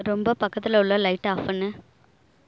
ரொம்ப பக்கத்தில உள்ள லைட்டை ஆஃப் பண்ணு